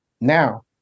Now